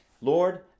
Lord